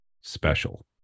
special